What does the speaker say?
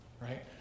Right